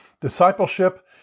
Discipleship